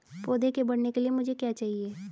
पौधे के बढ़ने के लिए मुझे क्या चाहिए?